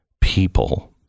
people